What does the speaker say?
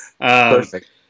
Perfect